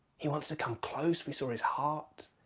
he wants to come close we saw his heart.